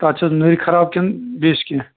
تتھ چھا نٔری خَراب کِنہٕ بیٚیہِ چھُس کیٚنٛہہ